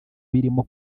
birimo